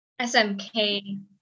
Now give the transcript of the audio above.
SMK